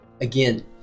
again